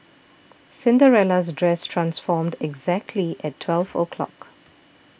Cinderella's dress transformed exactly at twelve o' clock